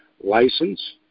license